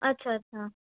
ਅੱਛਾ ਅੱਛਾ